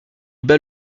bat